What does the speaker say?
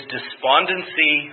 Despondency